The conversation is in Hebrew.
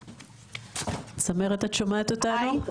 צמרת את שומעת אותנו?